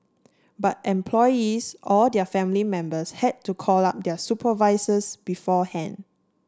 but employees or their family members had to call up their supervisors beforehand